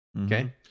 Okay